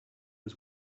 was